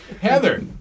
Heather